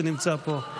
שנמצא פה,